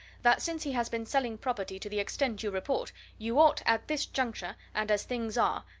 that since he has been selling property to the extent you report, you ought, at this juncture, and as things are,